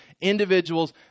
individuals